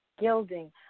gilding